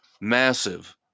massive